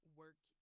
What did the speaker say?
work